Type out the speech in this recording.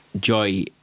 Joy